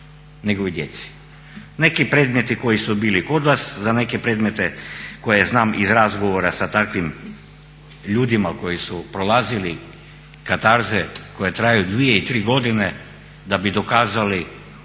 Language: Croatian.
nego i djeci. Neki predmeti koji su bili kod vas, za neke predmete koje znam iz razgovora sa takvim ljudima koji su prolazili katarze koje traju 2 i 3 godine da bi dokazali